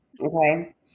Okay